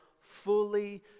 fully